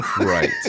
Right